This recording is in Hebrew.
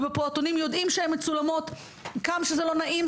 ובפעוטונים יודעים שהן מצולמות גם כשזה לא נעים,